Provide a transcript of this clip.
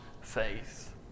faith